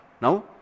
now